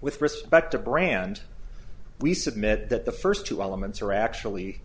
with respect to brand we submit that the first two elements are actually